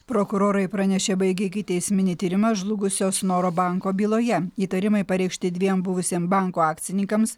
prokurorai pranešė baigę ikiteisminį tyrimą žlugusio snoro banko byloje įtarimai pareikšti dviem buvusiem banko akcininkams